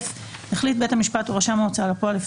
(א)החליט בית המשפט או רשם ההוצאה לפועל,